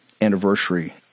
anniversary